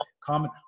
common